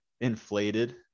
inflated